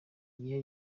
gihe